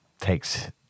takes